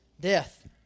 death